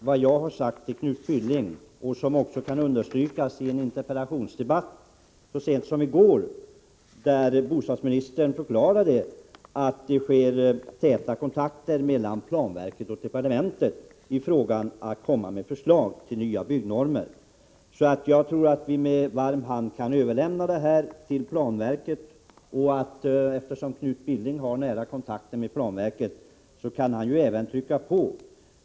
Herr talman! Det jag har sagt till Knut Billing underströks i en frågedebatt så sent som i går. Bostadsministern förklarade då att planverket och departementet har täta kontakter när det gäller förslaget till ny byggnorm. Jag tror att vi med varm hand kan överlämna denna fråga till planverket. Eftersom Knut Billing har nära kontakt med planverket kan han trycka på i ärendet.